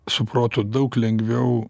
su protu daug lengviau